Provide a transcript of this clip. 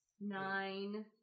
nine